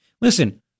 Listen